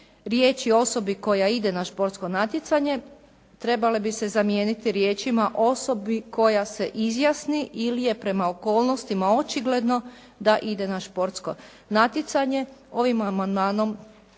je o osobi koja ide na športsko natjecanje trebale bi se zamijeniti riječima: "osobi koja se izjasni ili je prema okolnostima očigledno da ide na športsko natjecanje". Ovim amandmanom